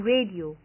Radio